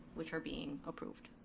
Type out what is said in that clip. which are being approved.